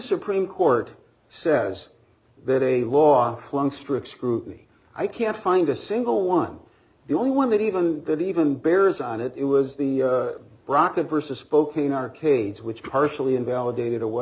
supreme court says that a law long strict scrutiny i can't find a single one the only one that even could even bears on it it was the rocket versus spoken arcade's which partially invalidated away